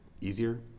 easier